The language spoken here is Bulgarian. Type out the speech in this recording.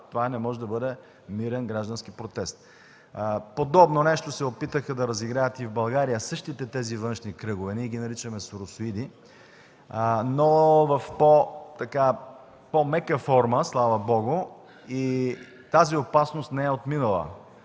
Това не може да бъде мирен граждански протест. Подобно нещо се опитаха да разиграят и в България същите тези външни кръгове, ние ги наричаме „соросоиди”, но в по-мека форма, слава Богу, и тази опасност не е отминала.